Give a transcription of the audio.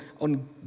on